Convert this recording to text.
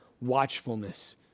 Watchfulness